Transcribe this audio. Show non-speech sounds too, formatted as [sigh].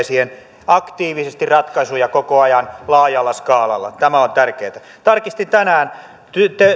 [unintelligible] siihen aktiivisesti ratkaisuja koko ajan laajalla skaalalla tämä on tärkeää tarkistin tänään